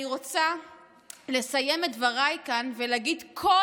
אני רוצה לסיים את דבריי כאן ולהגיד: כל